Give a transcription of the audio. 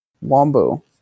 Wombo